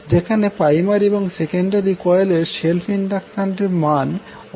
যেখানে প্রাইমারি এবং সেকেন্ডারি কোয়েলের সেলফ ইন্ডাক্টান্স এর মান অসীম